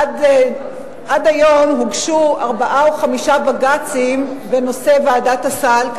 עד היום הוגשו ארבעה או חמישה בג"צים בנושא ועדת הסל,